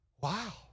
Wow